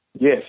Yes